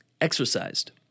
exercised